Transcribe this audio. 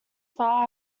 far